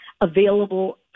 available